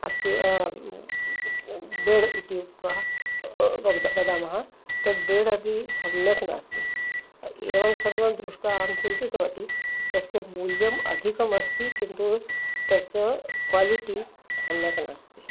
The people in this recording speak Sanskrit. अस्ति बेड् इति उक्त्वा वदामः तद् बेड् अपि सम्यक् नास्ति एवं सर्वं दृष्ट्वा अहं चिन्तितवती तस्य मूल्यम् अधिकमस्ति किन्तु तस्य क्वालिटि सम्यक् नास्ति